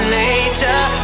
nature